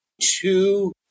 two